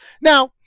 Now